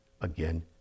again